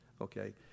okay